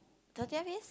thirtieth is